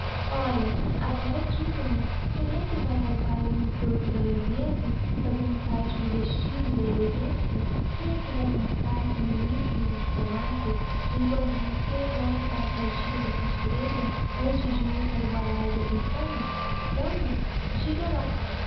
ora agora diga-me quem é que vai ao baile no corpo da baroneza fazendo parte do vestido e da elegância quem é que vae dançar com ministros e diplomatas emquanto você volta para a caixinha da costureira antes de ir para o balaio das mucamas vamos diga lá